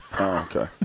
okay